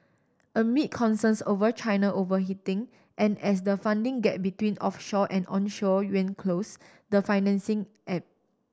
amid concerns over China overheating and as the funding gap between offshore and onshore yuan close the financing ebb